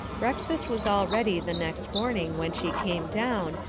breakfast was all ready the next morning when she came down,